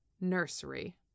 nursery